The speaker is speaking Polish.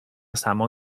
samo